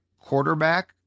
quarterback